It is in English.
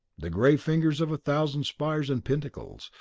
the gray fingers of a thousand spires and pinnacles,